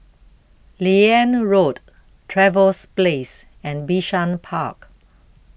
Liane Road Trevose Place and Bishan Park